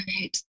Right